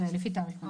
זה לפי תאריך.